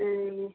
ए